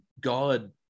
God